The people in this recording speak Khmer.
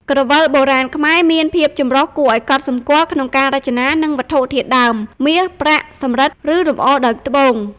ក្រវិលបុរាណខ្មែរមានភាពចម្រុះគួរឱ្យកត់សម្គាល់ក្នុងការរចនា និងវត្ថុធាតុដើម (មាស ប្រាក់ សំរឹទ្ធិ ឬលម្អដោយត្បូង)។